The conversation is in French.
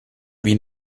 lui